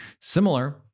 similar